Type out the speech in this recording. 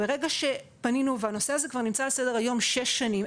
ברגע שפנינו והנושא הזה כבר נמצא על סדר היום שש שנים,